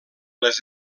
les